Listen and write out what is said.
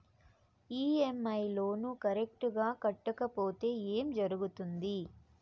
EMI loan correct గా కట్టకపోతే ఏం జరుగుతుంది